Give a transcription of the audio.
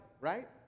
right